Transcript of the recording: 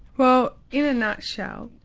well in a nutshell,